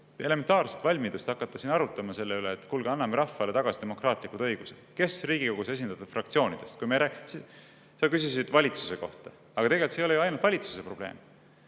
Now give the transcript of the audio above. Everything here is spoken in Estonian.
elementaarset valmidust hakata siin arutama selle üle, et anname rahvale tagasi demokraatlikud õigused. Kes Riigikogus esindatud fraktsioonidest … Sa küsisid valitsuse kohta, aga tegelikult see ei ole ju ainult valitsuse probleem.